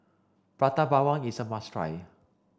Prata Bawang is a must try